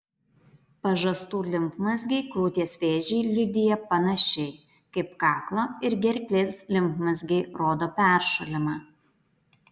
pažastų limfmazgiai krūties vėžį liudija panašiai kaip kaklo ir gerklės limfmazgiai rodo peršalimą